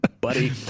buddy